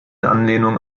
anlehnung